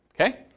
Okay